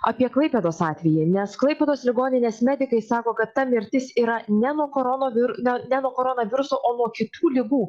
apie klaipėdos atvejį nes klaipėdos ligoninės medikai sako kad ta mirtis yra ne nuo korona vir na ne nuo koronaviruso o nuo kitų ligų